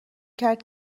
کرد